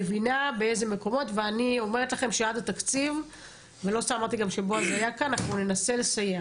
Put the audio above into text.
אני אומרת לכם שעד התקציב ננסה לסייע